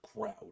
crowd